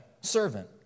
servant